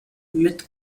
mit